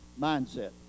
mindset